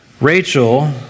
Rachel